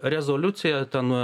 rezoliucija ten